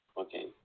Okay